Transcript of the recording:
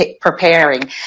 preparing